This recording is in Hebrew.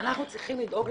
ואנחנו צריכים לדאוג,